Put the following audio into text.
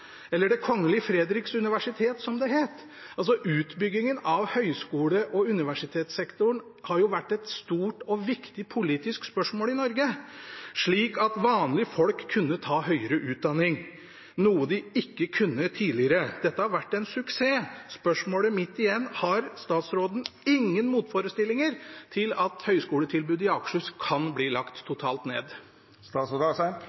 eller Det Kongelige Frederiks Universitet, som det het. Utbyggingen av høyskole- og universitetssektoren har vært et stort og viktig politisk spørsmål i Norge, slik at vanlige folk kunne ta høyere utdanning, noe de ikke kunne tidligere. Dette har vært en suksess. Spørsmålet mitt igjen: Har statsråden ingen motforestillinger mot at høyskoletilbudet i Akershus kan bli lagt